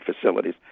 facilities